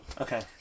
Okay